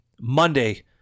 Monday